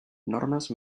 normes